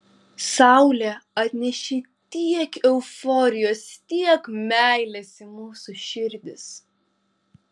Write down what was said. saulė atnešė tiek euforijos tiek meilės į mūsų širdis